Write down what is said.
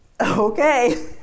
okay